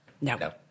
No